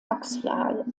axial